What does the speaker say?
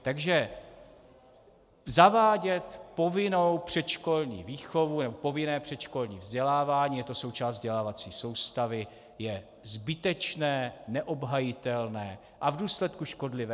Takže zavádět povinnou předškolní výchovu nebo povinné předškolní vzdělávání, je to součást vzdělávací soustavy, je zbytečné, neobhajitelné a v důsledku škodlivé.